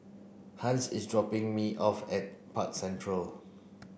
Hans is dropping me off at Park Central